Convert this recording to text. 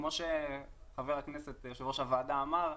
כמו שיושב-ראש הוועדה אמר,